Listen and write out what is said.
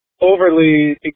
overly